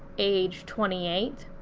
age twenty eight,